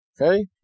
Okay